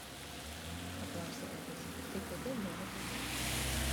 paklausė edis tai kodėl liovėtės rašyti